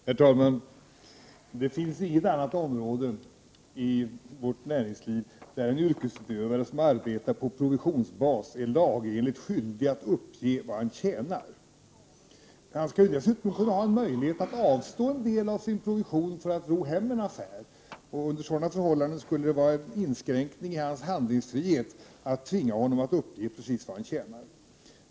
Herr talman! Det finns inget annat område i vårt näringsliv där en yrkesutövare som arbetar på provisionsbas är lagenligt skyldig att uppge vad han tjänar. Han bör kunna ha en möjlighet att avstå en del av sin provision för att ro hem en affär, och under sådana förhållanden skulle det vara en inskränkning i hans handlingsfrihet att tvinga honom att uppge precis vad han tjänar.